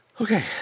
Okay